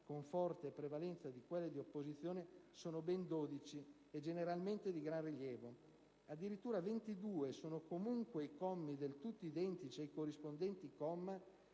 con forte prevalenza di quelli dell'opposizione, sono ben 12, e generalmente di gran rilievo. Addirittura 22 sono, comunque, i commi del tutto identici ai corrispondenti commi